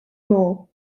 moore